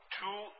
two